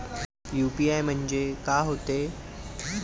UPI म्हणजे का होते?